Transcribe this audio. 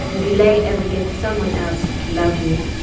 will i ever get someone else to love me?